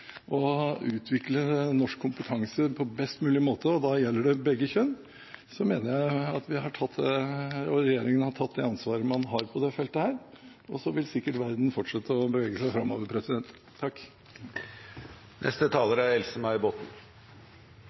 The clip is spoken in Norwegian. utvikle norsk kompetanse på best mulig måte, og da gjelder det begge kjønn, så mener jeg at regjeringen har tatt det ansvaret man har på dette feltet, og så vil sikkert verden fortsette å bevege seg framover. Jeg vil starte med å takke interpellanten for å ta opp denne saken. Jeg synes det er